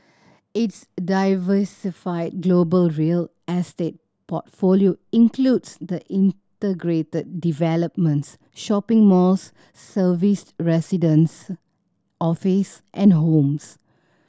its diversified global real estate portfolio includes the integrated developments shopping malls serviced residence offices and homes